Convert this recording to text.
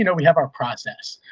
you know we have our process,